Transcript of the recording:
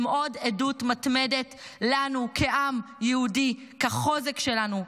הם עוד עדות מתמדת לנו כעם יהודי לחוזק שלנו,